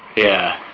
yeah.